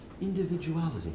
individuality